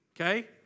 Okay